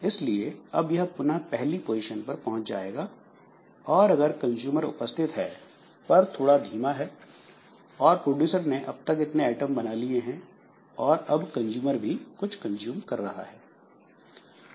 इसलिए अब यह पुनः पहली पोजीशन पर पहुंच जाएगा और अगर कंजूमर उपस्थित है पर थोड़ा धीमा है और प्रोड्यूसर ने अब तक इतने आइटम बना लिए हैं और अब कंजूमर भी कुछ कंज्यूम कर रहा है